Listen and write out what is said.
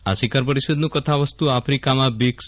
આ શિખર પરિષદનું કથાવસ્તુ આફિકામાં બ્રિકસ